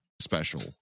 special